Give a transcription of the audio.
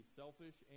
selfish